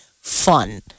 fun